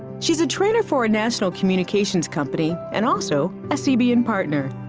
she's a trainer for a national communications company and also a cbn partner.